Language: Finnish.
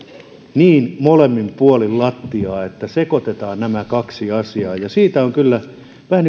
niin molemmin puolin lattiaa että sekoitetaan nämä kaksi asiaa siitä olen kyllä vähän